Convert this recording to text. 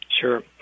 Sure